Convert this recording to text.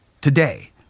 Today